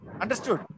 Understood